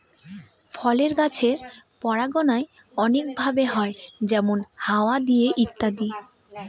ফলের গাছের পরাগায়ন অনেক ভাবে হয় যেমন হাওয়া দিয়ে ইত্যাদি